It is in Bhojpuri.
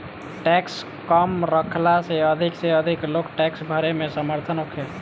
टैक्स कम रखला से अधिक से अधिक लोग टैक्स भरे में समर्थ होखो